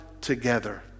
together